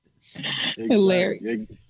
Hilarious